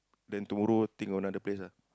then tomorrow think of another place ah